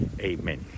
amen